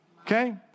Okay